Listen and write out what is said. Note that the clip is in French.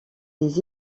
des